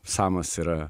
samas yra